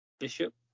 Bishop